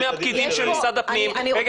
מהפקידים של משרד הפנים --- אני רוצה --- רגע,